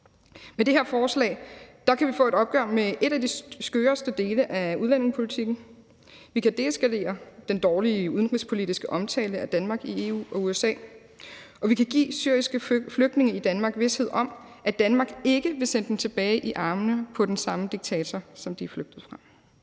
Med det her forslag kan vi få et opgør med en af de skøreste dele af udlændingepolitikken, vi kan deeskalere den dårlige udenrigspolitiske omtale af Danmark i EU og USA, og vi kan give syriske flygtninge i Danmark vished om, at Danmark ikke vil sende dem tilbage i armene på den samme diktator, som de er flygtet fra.